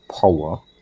power